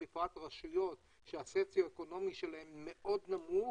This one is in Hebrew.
בפרט רשויות שהסוציו אקונומי שלהן מאוד נמוך,